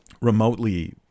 remotely